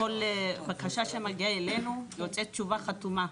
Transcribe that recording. בקשה שמגיעה אלינו, יוצאת תשובה חתומה,